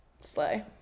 slay